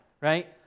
right